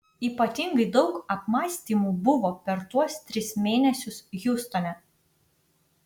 ypatingai daug apmąstymų buvo per tuos tris mėnesius hjustone